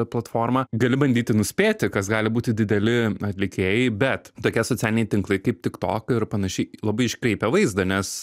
platformą gali bandyti nuspėti kas gali būti dideli atlikėjai bet tokie socialiniai tinklai kaip tik tok ir panašiai labai iškreipia vaizdą nes